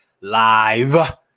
live